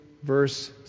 verse